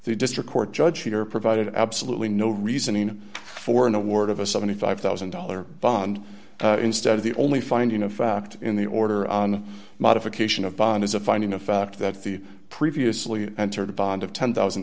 the district court judge here provided absolutely no reasoning for an award of a seventy five thousand dollars bond instead of the only finding of fact in the order on modification of bond is a finding of fact that the previously entered bond of ten thousand